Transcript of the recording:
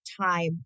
time